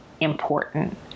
important